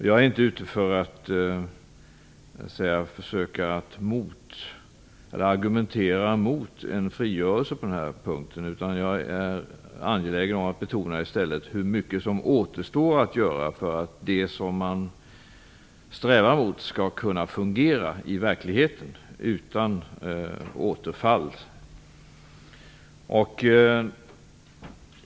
Jag är inte ute för att försöka argumentera emot en frigörelse på denna punkt. Jag är i stället angelägen att betona hur mycket som återstår att göra för att det som man strävar mot skall kunna fungera i verkligheten, utan återfall.